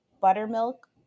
buttermilk